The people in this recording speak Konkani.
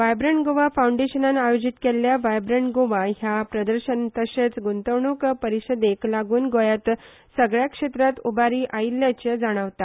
व्हायब्रण्ट गोवा फाऊंडेशनान आयोजीत केल्ल्या व्हायब्रण्ट गोवा हया प्रदर्शन तथा गुंतवणूक परिशदेक लागून गोंयात सगळ्या क्षेत्रात उबारी आयिल्ल्याचे जाणवता